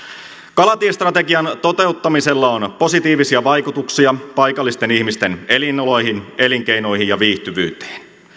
kalatiestrategian toteuttamisella on positiivisia vaikutuksia paikallisten ihmisten elin oloihin elinkeinoihin ja viihtyvyyteen